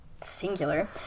singular